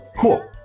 cool